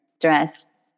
dress